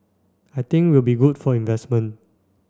I think will be good for investment